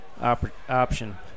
option